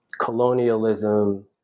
colonialism